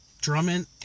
Drummond